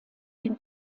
den